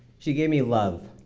she gave me love